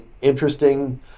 interesting